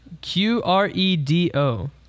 Q-R-E-D-O